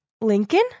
Lincoln